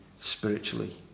spiritually